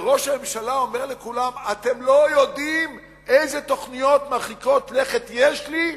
וראש הממשלה אומר לכולם: אתם לא יודעים אילו תוכניות מרחיקות לכת יש לי,